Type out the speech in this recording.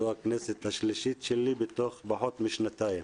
זאת הכנסת השלישית שלי בתוך פחות משנתיים,